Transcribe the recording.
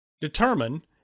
Determine